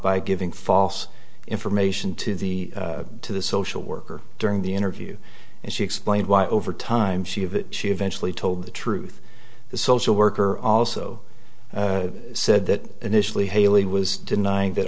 by giving false information to the to the social worker during the interview and she explained why over time she of she eventually told the truth the social worker also said that initially haley was denying that